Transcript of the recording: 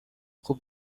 خوب